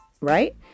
Right